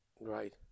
Right